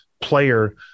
player